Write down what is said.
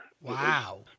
Wow